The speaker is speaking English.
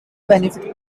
benefit